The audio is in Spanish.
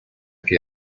que